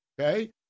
Okay